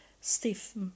stiff